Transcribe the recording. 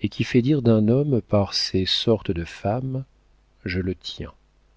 et qui fait dire d'un homme par ces sortes de femmes je le tiens